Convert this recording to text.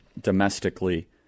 domestically